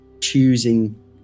choosing